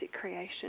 creation